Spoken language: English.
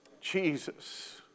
Jesus